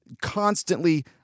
constantly